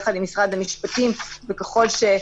שלום לכולם,